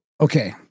okay